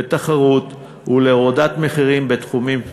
לתחרות ולהורדת מחירים בתחומים נוספים.